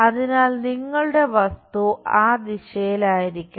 അതിനാൽ നിങ്ങളുടെ വസ്തു ആ ദിശയിലായിരിക്കണം